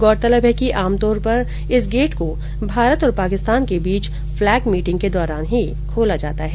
गौरतलब है कि आम तौर पर इस गेट को भारत और पाकिस्तान के बीच फ्लेग मीटिंग के दौरान ही खोला जाता है